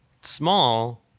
small